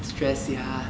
stress sia